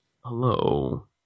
hello